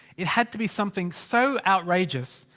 it had to be something so outrageous.